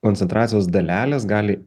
koncentracijos dalelės gali